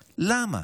למה?